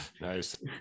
nice